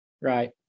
Right